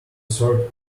third